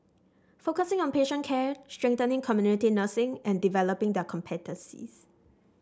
focusing on patient care strengthening community nursing and developing their competencies